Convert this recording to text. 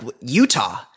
Utah